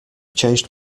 changed